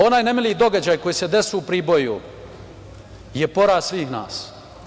Onaj nemili događaj koji se desio u Priboju je poraz svih nas.